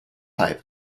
pipe